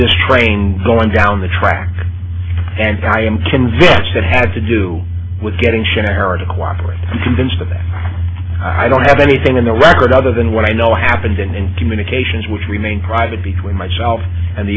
this train going down the track and i am convinced that had to do with getting sharon to cooperate convinced of that i don't have anything in the record other than what i know happened in communications which remain private between myself and the